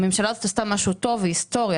הממשלה הזאת עשתה משהו טוב והיסטורי.